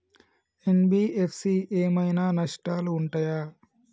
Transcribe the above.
NBFC ఏమైనా నష్టాలు ఉంటయా?